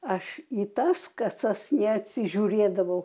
aš į tas kasas neatsižiūrėdavau